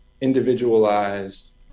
individualized